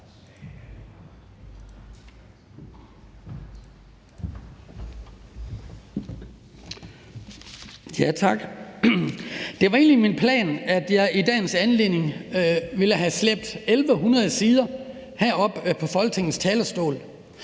Tak. Det var egentlig min plan i dagens anledning at slæbe 1.100 sider herop på Folketingets talerstol,